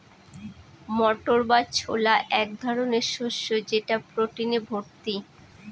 মটর বা ছোলা এক ধরনের শস্য যেটা প্রোটিনে ভর্তি